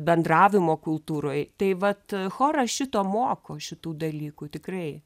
bendravimo kultūroj tai vat choras šito moko šitų dalykų tikrai